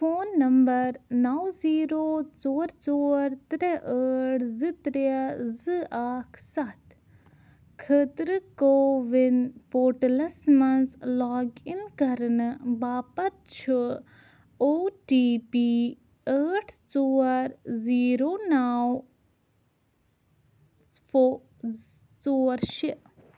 phone number نو zero ژور ژور ترٛےٚ ٲٹھ زٕ ترٛےٚ زٕ اکھ سَتھ خٲطرٕ کووِن پورٹلس منٛز لاگ اِن کرنہٕ باپَتھ چھُ او ٹی پی ٲٹھ ژور زیٖرو نو فو زٕ ژور شےٚ